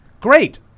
Great